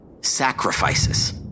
Sacrifices